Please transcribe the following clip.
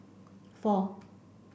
four